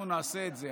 אנחנו נעשה את זה.